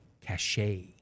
cachet